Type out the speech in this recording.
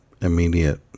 immediate